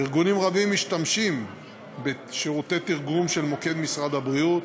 ארגונים רבים משתמשים בשירותי תרגום של מוקד משרד הבריאות.